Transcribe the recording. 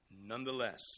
nonetheless